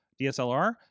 dslr